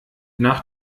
nach